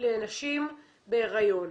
נזק לנשים בהריון.